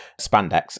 spandex